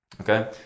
Okay